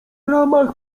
ramach